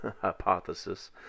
hypothesis